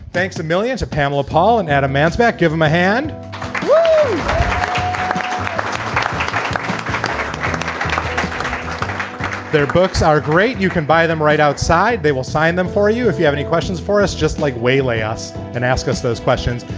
thanks a million to pamela paul and adam mansbach. give him a hand um their books are great. you can buy them right outside. they will sign them for you if you have any questions for us. just like waylay us and ask us those questions.